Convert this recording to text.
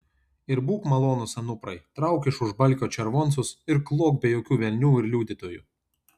ir būk malonus anuprai trauk iš už balkio červoncus ir klok be jokių velnių ir liudytojų